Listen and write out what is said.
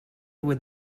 would